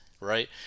right